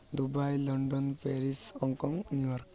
Dubai London Paris Hong Kong New York